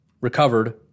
recovered